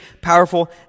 powerful